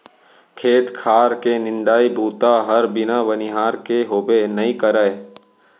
खेत खार के निंदई बूता हर बिना बनिहार के होबे नइ करय